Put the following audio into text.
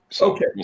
Okay